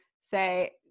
say –